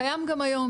קיים גם היום.